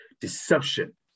deception